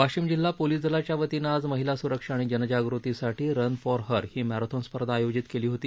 वाशिम जिल्हा पोलिस दलाच्या वतीनं आज महिला सुरक्षा आणि जनजागृती साठी रन फॉर हर ही मॅरेथॉन स्पर्धा आयोजित केली होती